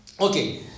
Okay